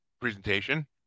presentation